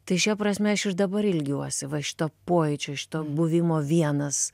tai šia prasme aš ir dabar ilgiuosi va šito pojūčio šito buvimo vienas